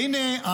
והינה,